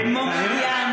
כל שנה אנחנו מעלים את זה.